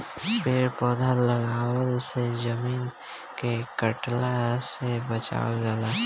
पेड़ पौधा लगवला से जमीन के कटला से बचावल जाला